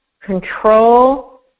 control